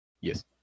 Yes